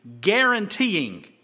Guaranteeing